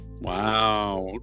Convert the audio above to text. Wow